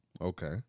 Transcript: Okay